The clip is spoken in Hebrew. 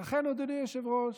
ולכן, אדוני היושב-ראש,